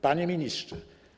Panie Ministrze!